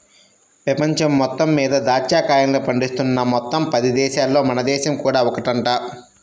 పెపంచం మొత్తం మీద దాచ్చా కాయల్ని పండిస్తున్న మొత్తం పది దేశాలల్లో మన దేశం కూడా ఒకటంట